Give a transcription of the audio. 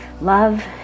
love